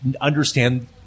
understand